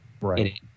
right